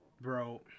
bro